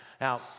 Now